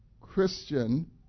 Christian